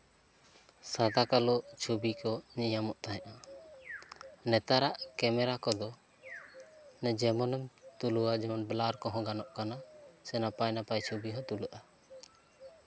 ᱥᱟᱫᱟ ᱠᱟᱞᱳ ᱪᱷᱚᱵᱤ ᱠᱚ ᱧᱮᱧᱟᱢᱚᱜ ᱠᱟᱱ ᱛᱟᱦᱮᱸᱜᱼᱟ ᱱᱮᱛᱟᱨᱟᱜ ᱠᱮᱢᱮᱨᱟ ᱠᱚᱫᱚ ᱡᱮᱢᱚᱱᱮᱢ ᱛᱩᱞᱟᱹᱣᱟ ᱡᱮᱢᱚᱱ ᱵᱞᱟᱨᱠ ᱠᱚᱦᱚᱸ ᱜᱟᱱᱚᱜ ᱠᱟᱱᱟ ᱥᱮ ᱱᱟᱯᱟᱭ ᱱᱟᱯᱟᱭ ᱪᱷᱚᱵᱤ ᱦᱚᱸ ᱛᱩᱞᱟᱹᱜᱼᱟ